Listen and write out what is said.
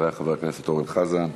אחריה, חבר הכנסת חזן,